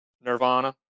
Nirvana